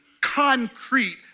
concrete